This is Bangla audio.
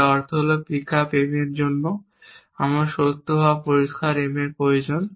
যার অর্থ হল পিকআপ M এর জন্য আমার সত্য হওয়া পরিষ্কার M প্রয়োজন